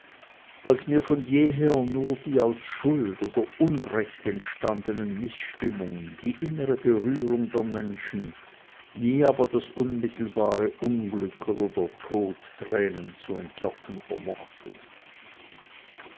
als mir von jeher nur die aus schuld oder unrecht entstandenen mißstimmungen die innere berührung der menschen nie aber das unmittelbare unglück oder der tod tränen zu entlocken vermochten